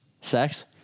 sex